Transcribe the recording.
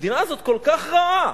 המדינה הזאת כל כך רעה,